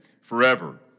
forever